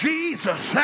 Jesus